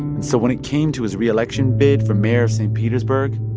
and so when it came to his re-election bid for mayor of st. petersburg,